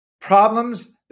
problems